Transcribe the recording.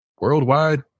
worldwide